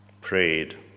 prayed